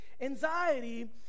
Anxiety